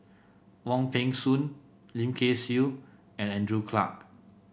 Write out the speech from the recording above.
Wong Peng Soon Lim Kay Siu and Andrew Clarke